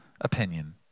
opinion